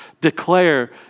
declare